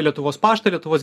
lietuvos paštą lietuvos